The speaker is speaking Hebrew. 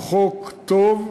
הוא חוק טוב,